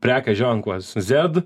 prekės ženklas zet